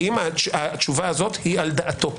האם התשובה הזו היא על דעתו?